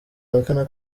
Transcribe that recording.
ahakana